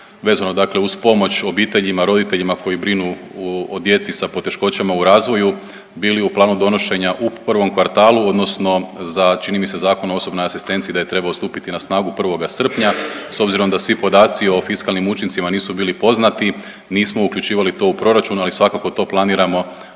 vezano, dakle uz pomoć obiteljima, roditeljima koji brinu o djeci sa poteškoćama u razvoju bili u planu donošenja u prvom kvartalu, odnosno za čini mi se za Zakon o osobnoj asistenciji da je trebao stupiti na snagu 1. srpnja. S obzirom da svi podaci o fiskalnim učincima nisu bili poznati, nismo uključivali to u proračun, ali svakako to planiramo učiniti